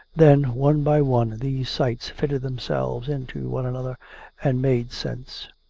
then, one by one, these sights fitted themselves into one another and made sense.